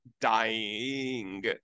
dying